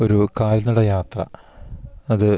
ഒരു കാൽനട യാത്ര അത്